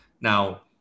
Now